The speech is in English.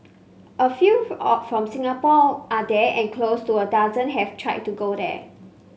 a few from Singapore are there and close to a dozen have tried to go there